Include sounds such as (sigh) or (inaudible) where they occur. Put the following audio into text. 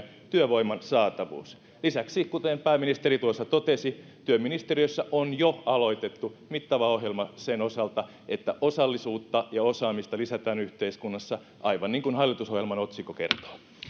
(unintelligible) työvoiman saatavuus lisäksi kuten pääministeri tuossa totesi työministeriössä on jo aloitettu mittava ohjelma sen osalta että osallisuutta ja osaamista lisätään yhteiskunnassa aivan niin kuin hallitusohjelman otsikko kertoo